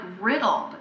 riddled